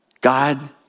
God